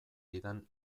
didan